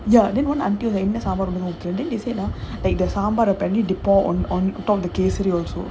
ya then want until like you know then they said uh now they the sambal they pour on the on top of the kesari also